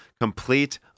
complete